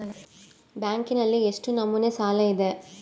ಬ್ಯಾಂಕಿನಲ್ಲಿ ಎಷ್ಟು ನಮೂನೆ ಸಾಲ ಇದೆ?